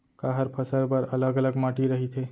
का हर फसल बर अलग अलग माटी रहिथे?